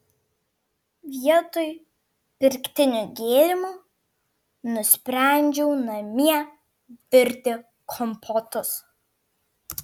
vietoj pirktinių gėrimų nusprendžiau namie virti kompotus